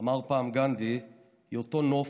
אמר פעם גנדי, "היא אותו נוף,